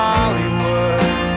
Hollywood